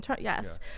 Yes